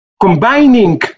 combining